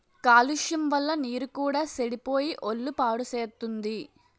కాలుష్యం వల్ల నీరు కూడా సెడిపోయి ఒళ్ళు పాడుసేత్తుంది